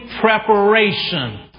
preparation